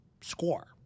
score